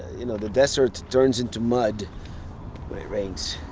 you know the desert turns into mud when it rains.